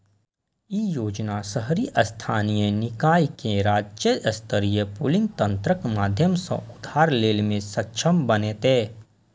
ई योजना शहरी स्थानीय निकाय कें राज्य स्तरीय पूलिंग तंत्रक माध्यम सं उधार लै मे सक्षम बनेतै